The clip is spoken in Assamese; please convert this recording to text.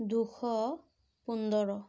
দুশ পোন্ধৰ